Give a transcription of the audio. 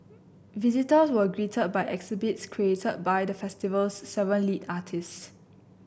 visitors were greeted by exhibits created by the festival's seven lead artists